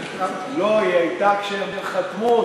לא, היא הייתה כשהם חתמו.